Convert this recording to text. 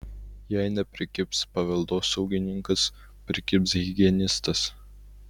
jei neprikibs paveldosaugininkas prikibs higienistas